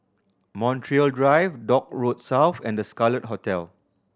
Montreal Drive Dock Road South and The Scarlet Hotel